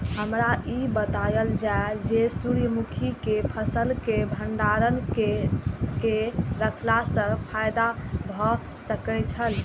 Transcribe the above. हमरा ई बतायल जाए जे सूर्य मुखी केय फसल केय भंडारण केय के रखला सं फायदा भ सकेय छल?